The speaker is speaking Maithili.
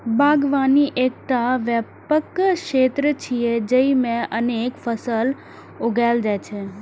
बागवानी एकटा व्यापक क्षेत्र छियै, जेइमे अनेक फसल उगायल जाइ छै